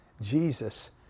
Jesus